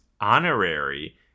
honorary